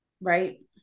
Right